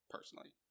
personally